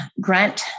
grant